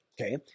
okay